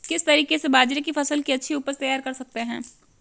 किस तरीके से बाजरे की फसल की अच्छी उपज तैयार कर सकते हैं?